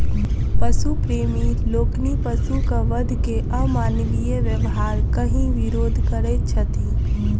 पशु प्रेमी लोकनि पशुक वध के अमानवीय व्यवहार कहि विरोध करैत छथि